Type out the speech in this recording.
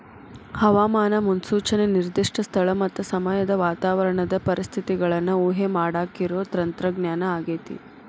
ಹವಾಮಾನ ಮುನ್ಸೂಚನೆ ನಿರ್ದಿಷ್ಟ ಸ್ಥಳ ಮತ್ತ ಸಮಯದ ವಾತಾವರಣದ ಪರಿಸ್ಥಿತಿಗಳನ್ನ ಊಹೆಮಾಡಾಕಿರೋ ತಂತ್ರಜ್ಞಾನ ಆಗೇತಿ